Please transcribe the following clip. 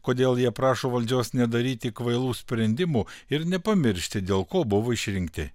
kodėl jie prašo valdžios nedaryti kvailų sprendimų ir nepamiršti dėl ko buvo išrinkti